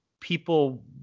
people